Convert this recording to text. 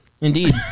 Indeed